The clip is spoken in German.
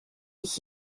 ich